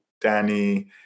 Danny